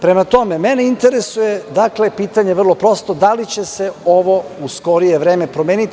Prema tome, mene interesuje, dakle, pitanje je vrlo prosto – da li će se ovo u skorije vreme promeniti?